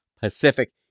Pacific